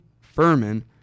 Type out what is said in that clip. Furman